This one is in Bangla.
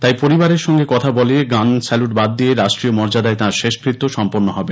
তাই পরিবারের সঙ্গে কথা বলে গান স্যালুট বাদ দিয়ে রাষ্ট্রীয় মর্যাদায় তাঁর শেষকৃত্য সম্পন্ন হবে